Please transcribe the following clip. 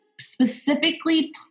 specifically